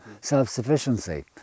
self-sufficiency